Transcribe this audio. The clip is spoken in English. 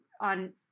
on